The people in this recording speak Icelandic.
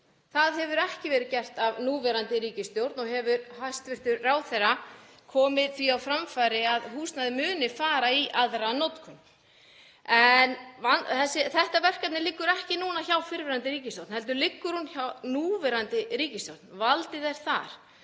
Það hefur ekki verið gert af núverandi ríkisstjórn og hefur hæstv. ráðherra komið því á framfæri að húsnæðið muni fara í aðra notkun. Þetta verkefni liggur ekki núna hjá fyrrverandi ríkisstjórn heldur liggur það hjá núverandi ríkisstjórn. Valdið er þar.